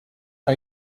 are